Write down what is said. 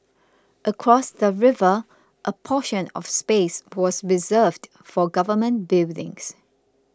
across the river a portion of space was reserved for government buildings